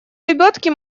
лебедки